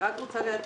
רוצה להדגיש,